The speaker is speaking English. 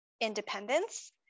independence